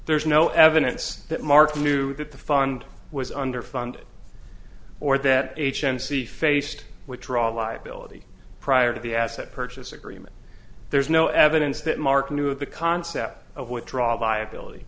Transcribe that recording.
there's no evidence that mark knew that the fund was underfunded or that agency faced withdrawal liability prior to the asset purchase agreement there's no evidence that mark knew of the concept of withdrawal viability